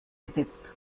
gesetzt